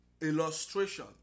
illustration